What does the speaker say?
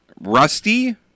Rusty